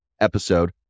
episode